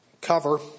cover